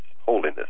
holiness